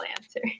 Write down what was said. answer